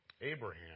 Abraham